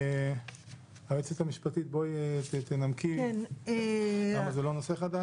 היועצת המשפטית, תנמקי למה זה לא נושא חדש.